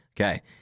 Okay